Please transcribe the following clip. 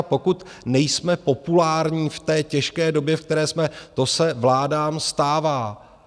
Pokud nejsme populární v této těžké době, ve které jsme, to se vládám stává.